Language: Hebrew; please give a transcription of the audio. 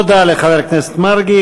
תודה לחבר הכנסת מרגי.